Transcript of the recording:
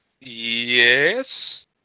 Yes